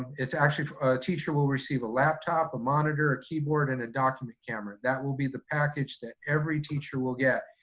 it's actually, a teacher will receive a laptop, a monitor, a keyboard, and a document camera. that will be the package that every teacher will get.